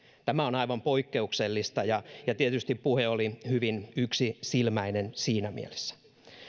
tämä on aivan poikkeuksellista ja ja tietysti puhe oli hyvin yksisilmäinen siinä mielessä